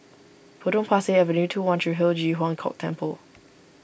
Potong Pasir Avenue two one Tree Hill Ji Huang Kok Temple